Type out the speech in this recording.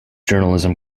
journalism